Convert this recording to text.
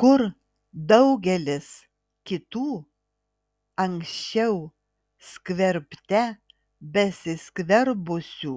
kur daugelis kitų anksčiau skverbte besiskverbusių